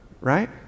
right